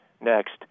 Next